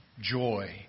joy